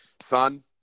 son